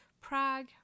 Prague